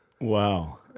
Wow